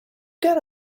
got